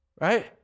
right